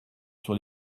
sur